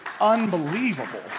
Unbelievable